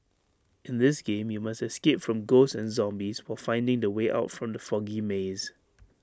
in this game you must escape from ghosts and zombies while finding the way out from the foggy maze